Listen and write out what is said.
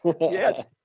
Yes